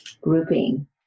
grouping